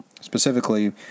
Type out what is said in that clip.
Specifically